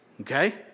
Okay